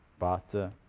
but